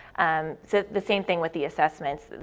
um the the same thing with the assessments,